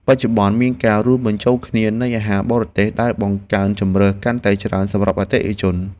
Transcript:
បច្ចុប្បន្នមានការរួមបញ្ចូលគ្នានៃអាហារបរទេស ដែលបង្កើនជម្រើសកាន់តែច្រើនសម្រាប់អតិថិជន។